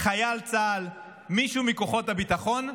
חייל צה"ל, מישהו מכוחות הביטחון.